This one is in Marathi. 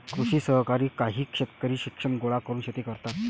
कृषी सहकार काही शेतकरी शिक्षण गोळा करून शेती करतात